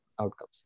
outcomes